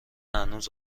هنوز